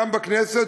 גם בכנסת,